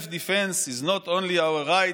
Self-defense is not only our right,